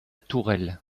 tourelle